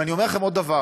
ואני אומר לכם עוד דבר,